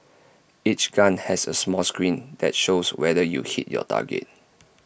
each gun has A small screen that shows whether you hit your target